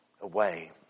away